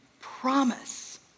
promise